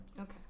Okay